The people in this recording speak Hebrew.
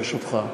ברשותך.